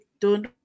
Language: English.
don't-